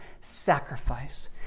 sacrifice